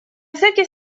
всякий